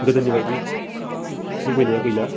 गोदोनि बायदि लुबैनाया गैला